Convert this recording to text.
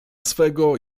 swego